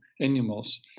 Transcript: animals